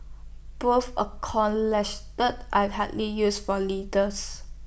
both are hardly used for leaders